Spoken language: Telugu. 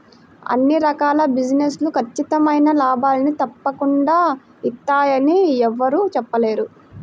అన్ని రకాల బిజినెస్ లు ఖచ్చితమైన లాభాల్ని తప్పకుండా ఇత్తయ్యని యెవ్వరూ చెప్పలేరు